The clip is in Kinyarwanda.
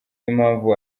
impamvu